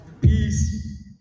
Peace